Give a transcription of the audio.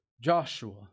Joshua